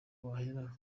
wahera